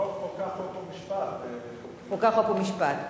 הרוב חוקה, חוק ומשפט.